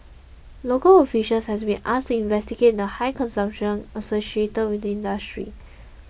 local officials have been asked to investigate the high consumption associated with the industry